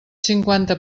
cinquanta